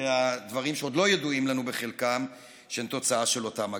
ומדברים שעוד לא ידועים לנו בחלקם שהם תוצאה של אותם מגפה.